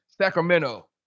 Sacramento